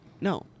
No